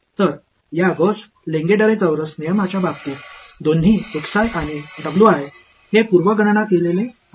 तर या Gauss Legendre चौरस नियमच्या बाबतीत दोन्ही आणि हे पूर्व गणना केलेले आहेत